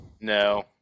No